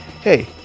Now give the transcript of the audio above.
hey